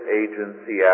agency